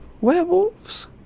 werewolves